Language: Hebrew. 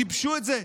גיבשו את זה,